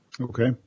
Okay